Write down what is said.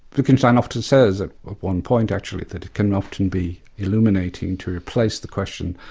wittgenstein often says, at one point actually that it can often be illuminating to replace the question,